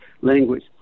language